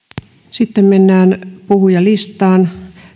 sitten mennään puhujalistaan haluaako